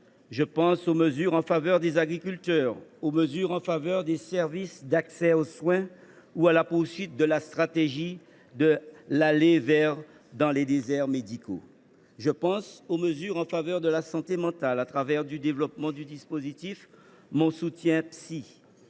je pense aux mesures en faveur des agriculteurs ou des services d’accès aux soins, ainsi qu’à la poursuite de la stratégie de l’« aller vers » dans les déserts médicaux ; je pense aux mesures en faveur de la santé mentale, au travers du développement du dispositif Mon soutien psy